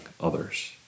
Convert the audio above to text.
others